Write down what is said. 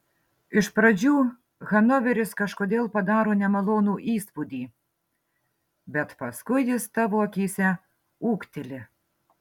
iš pradžių hanoveris kažkodėl padaro nemalonų įspūdį bet paskui jis tavo akyse ūgteli